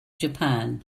japan